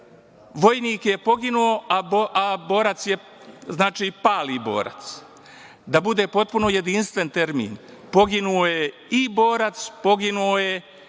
vojnik je poginuo, a borac je znači pali borac. Da bude potpuno jedinstven termin, poginuo je i borav, poginuo je